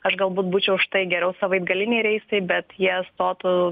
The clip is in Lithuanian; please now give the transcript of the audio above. aš galbūt būčiau už tai geriau savaitgaliniai reisai bet jie stotų